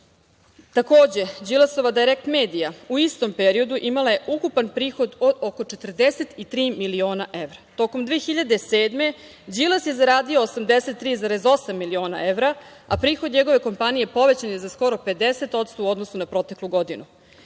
Srbije. Takođe, Đilasova „Dajrekt medija“ u istom periodu imala je ukupan prihod od oko 43 milion evra. Tokom 2007. godine Đilas je zaradio 83,8 miliona evra, a prihod njegove kompanije povećan je za skoro 50% u odnosu na proteklu godinu.